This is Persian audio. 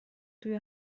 توی